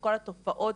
וכל התופעות